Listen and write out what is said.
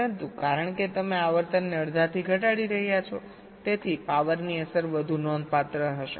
પરંતુ કારણ કે તમે આવર્તનને અડધાથી ઘટાડી રહ્યા છો તેથી પાવરની અસર વધુ નોંધપાત્ર હશે